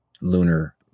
lunar